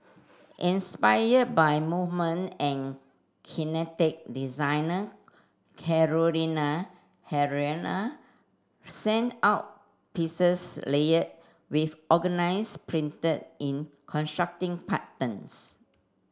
inspired by movement and kinetic designer Carolina Herrera sent out pieces layered with organza printed in contrasting patterns